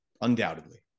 undoubtedly